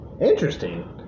interesting